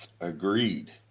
Agreed